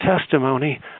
testimony